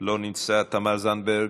לא נמצא, תמר זנדברג,